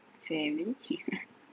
family